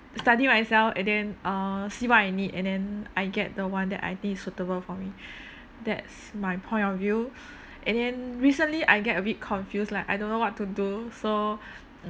study myself and then uh see what I need and then I get the one that I think is suitable for me that's my point of view and then recently I get a bit confused like I don't know what to do so